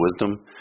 wisdom